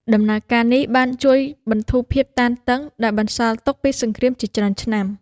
ដំណើរការនេះបានជួយបន្ធូរភាពតានតឹងដែលបន្សល់ទុកពីសង្គ្រាមជាច្រើនឆ្នាំ។